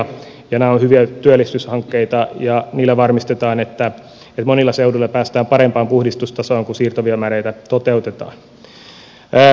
nämä ovat hyviä työllisyyshankkeita ja niillä varmistetaan että monilla seuduilla päästään parempaan puhdistustasoon kun siirtoviemäreitä toteutetaan